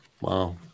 Wow